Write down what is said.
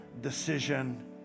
decision